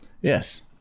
Yes